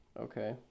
Okay